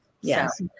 yes